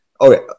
Okay